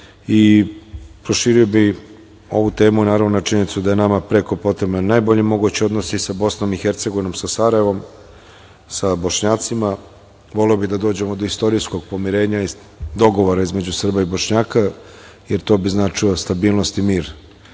proširio bih ovu temu naravno na činjenicu da je nama preko potreban najbolji mogući odnosi i sa Bosnom i Hercegovinom sa Sarajevom, sa Bošnjacima voleo bih da dođemo do istorijskog pomirenja iz dogovora između Srba i Bošnjaka, jer to bi značilo stabilnost i mir